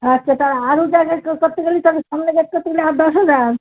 আচ্ছা তা আরও যা যা করতে গেলে সামনের গেট করতে গেলে আরও দশ হাজার